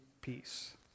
peace